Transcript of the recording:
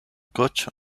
coach